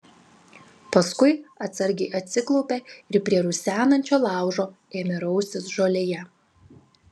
paskui atsargiai atsiklaupė ir prie rusenančio laužo ėmė raustis žolėje